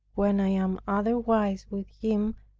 when i am otherwise with him,